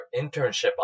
internship